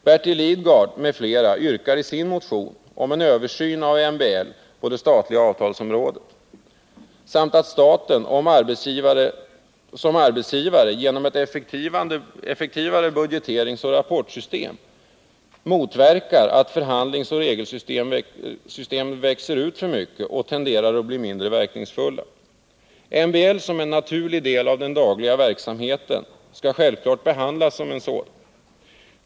Bertil Lidgard m.fl. yrkar i sin motion en översyn av MBL på det statliga avtalsområdet samt att staten som arbetsgivare genom ett effektivare budgeteringsoch rapportsystem motverkar att förhandlingsoch regelsystem växer ut för mycket och tenderar att bli mindre verkningsfulla. MBL som en naturlig del av den dagliga verksamheten skall självklart behandlas som en sådan.